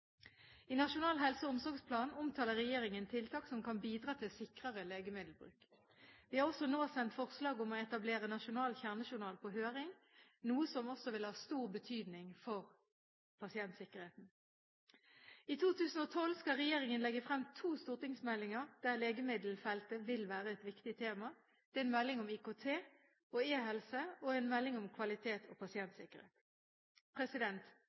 I Nasjonal helse- og omsorgsplan omtaler regjeringen tiltak som kan bidra til sikrere legemiddelbruk. Vi har også nå sendt forslag om å etablere nasjonal kjernejournal ut på høring, noe som også vil ha stor betydning for pasientsikkerheten. I 2012 skal regjeringen legge frem to stortingsmeldinger der legemiddelfeltet vil være et viktig tema. Det er en melding om IKT og eHelse og en melding om kvalitet og